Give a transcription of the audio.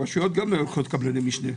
הרשויות גם לוקחות קבלני משנה.